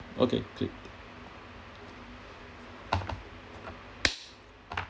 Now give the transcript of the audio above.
okay clap